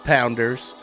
Pounders